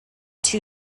two